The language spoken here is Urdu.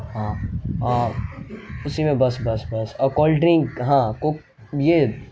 ہاں ہاں اسی میں بس بس بس اور کولڈ ڈرنک ہاں یہ